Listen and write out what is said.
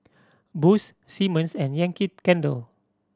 Boost Simmons and Yankee Candle